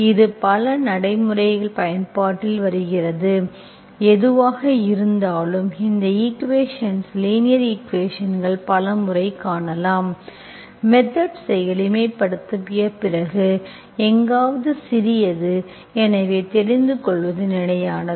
இது பல நடைமுறை பயன்பாட்டில் வருகிறது எதுவாக இருந்தாலும் இந்த ஈக்குவேஷன்ஸ் லீனியர் ஈக்குவேஷன்களை பல முறை காணலாம் மெத்தெட்ஸ்களை எளிமைப்படுத்திய பிறகு எங்காவது சிறியது எனவே தெரிந்து கொள்வது நிலையானது